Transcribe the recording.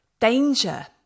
danger